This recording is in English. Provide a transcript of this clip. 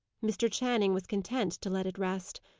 mr. channing was content to let it rest.